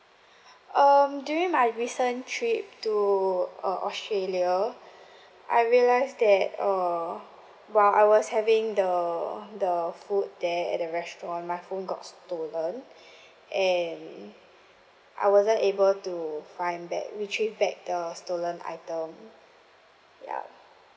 um during my recent trip to uh australia I realised that uh while I was having the the food there at the restaurant my phone got stolen and I wasn't able to find back retrieve back the stolen item ya